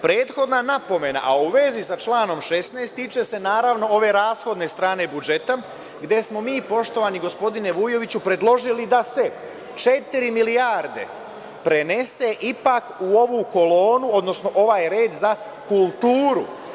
Prethodna napomena, a u vezi sa članom 16, tiče se naravno ove rashodne strane budžeta, gde smo mi, poštovani gospodine Vujoviću, predložili da se četiri milijarde prenese ipak u ovu kolonu, odnosno ovaj red za kulturu.